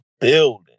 building